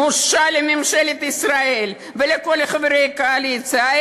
בושה לממשלת ישראל ולכל חברי הקואליציה,